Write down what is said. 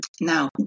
Now